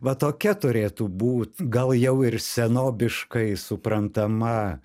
va tokia turėtų būt gal jau ir senobiškai suprantama